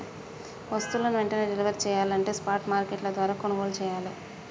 వస్తువులు వెంటనే డెలివరీ చెయ్యాలంటే స్పాట్ మార్కెట్ల ద్వారా కొనుగోలు చెయ్యాలే